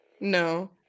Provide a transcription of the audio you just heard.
No